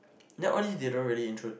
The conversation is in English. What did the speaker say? then only they don't really intro